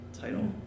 title